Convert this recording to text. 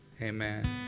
Amen